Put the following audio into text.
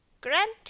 Grant